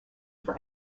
for